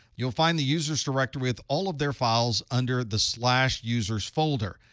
you'll find the user's directory with all of their files under the slash user's folder.